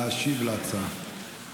להשיב על ההצעה.